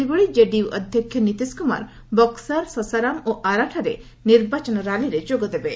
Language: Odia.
ସେହିଭଳି କେଡିୟୁ ଅଧ୍ୟକ୍ଷ ନୀତିଶ କୁମାର ବକ୍କାର ସସାରାମ୍ ଏବଂ ଆରା ଠାରେ ନିର୍ବାଚନୀ ର୍ୟାଲିରେ ଯୋଗଦେବେ